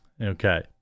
Okay